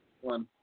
one